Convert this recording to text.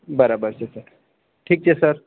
બરાબર છે સર ઠીક છે સર